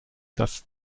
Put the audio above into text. das